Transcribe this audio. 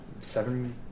seven